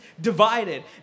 divided